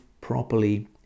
properly